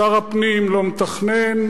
שר הפנים לא מתכנן,